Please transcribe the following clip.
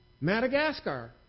Madagascar